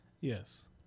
Yes